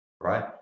right